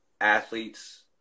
athletes